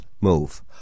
move